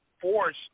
force